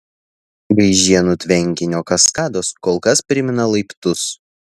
gaižėnų tvenkinio kaskados kol kas primena laiptus